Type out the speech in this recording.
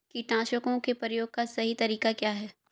कीटनाशकों के प्रयोग का सही तरीका क्या है?